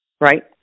right